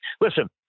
listen